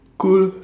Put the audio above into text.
cool